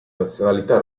nazionalità